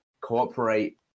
cooperate